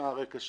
מה הרקע שלו,